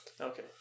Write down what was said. Okay